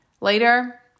Later